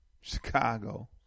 Chicago